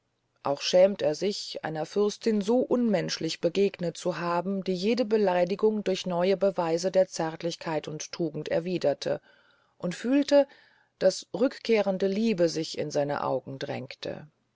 auch schämt er sich einer fürstin so unmenschlich begegnet zu haben die jede beleidigung durch neue beweise der zärtlichkeit und tugend erwiederte und fühlte daß rückkehrende liebe sich in seine augen